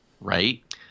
right